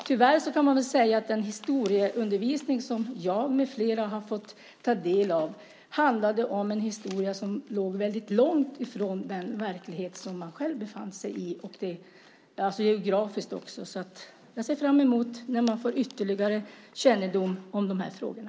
Tyvärr kan man väl säga att den historieundervisning som jag med flera har fått ta del av handlade om en historia som låg väldigt långt ifrån den verklighet som man själv befann sig i, också geografiskt. Jag ser fram emot att man får ytterligare kännedom om de här frågorna.